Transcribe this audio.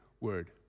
word